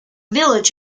village